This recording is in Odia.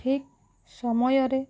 ଠିକ ସମୟରେ